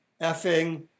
effing